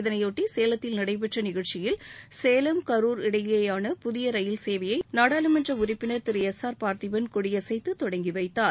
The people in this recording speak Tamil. இதனையொட்டி சேலத்தில் நடைபெற்ற நிகழ்ச்சியில் சேலம் கரூர் இடையிலான புதிய ரயில் சேவையை நாடாளுமன்ற உறுப்பினர் திரு எஸ் ஆர் பார்த்திபள் கொடியசைத்து துவக்கி வைத்தார்